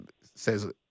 says